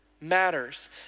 matters